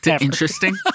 Interesting